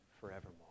forevermore